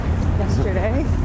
yesterday